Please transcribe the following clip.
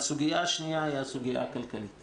הסוגיה השנייה היא הכלכלית